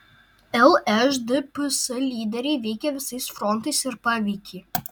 lšdps lyderiai veikė visais frontais ir paveikė